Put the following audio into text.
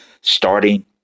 starting